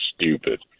stupid